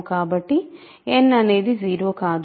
కాబట్టి n అనేది 0 కాదు